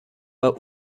war